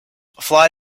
fly